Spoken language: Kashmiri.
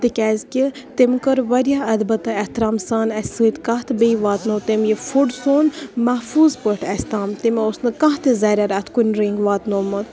تِکیٛازِ کہِ تٔمۍ کٔر واریاہ اَدبہٕ تہٕ احترامہٕ سان اَسہِ سٟتۍ کَتھ بیٚیہِ واتنوو تٔمۍ یہِ فُڈ سون محفوٗظ پٲٹھۍ اَسہِ تام تٔمۍ اوس نہٕ کانٛہہ تہِ زَرِؠر اَتھ کُنہِ رٔنٛگۍ واتنومُت